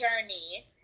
journey